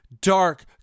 dark